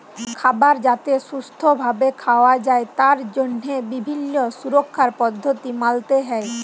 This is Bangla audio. খাবার যাতে সুস্থ ভাবে খাওয়া যায় তার জন্হে বিভিল্য সুরক্ষার পদ্ধতি মালতে হ্যয়